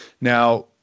Now